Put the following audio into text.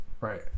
right